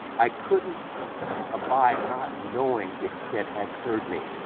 i couldn't abide not knowing if ted had heard me,